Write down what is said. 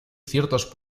ciertos